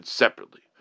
separately